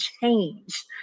change